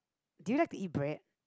do you like to eat bread